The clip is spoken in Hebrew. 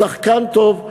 שחקן טוב,